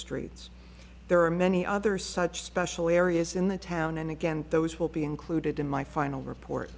streets there are many other such special areas in the town and again those will be included in my final report